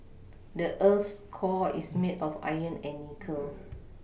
the earth's core is made of iron and nickel